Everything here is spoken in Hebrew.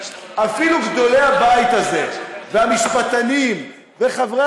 אפילו גדולי הבית הזה והמשפטנים וחברי